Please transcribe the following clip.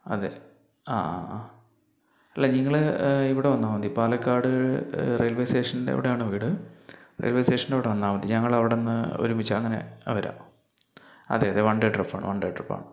അതെ ആ ആ ആ അല്ല നിങ്ങള് ഇവിടെ വന്നാൽ മതി പാലക്കാട് റെയിൽവേ സ്റ്റേഷൻ്റെ അവിടെ ആണ് വീട് റെയിൽവേ സ്റ്റേഷൻ്റെ അവടെ വന്നാൽ മതി ഞങ്ങള് അവടെന്ന് ഒരുമിച്ച് അങ്ങനേ വരാം അതെ അതെ വൺ ഡേ ട്രിപ്പാണ് വൺ ഡേ ട്രിപ്പാണ്